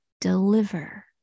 deliver